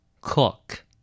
Cook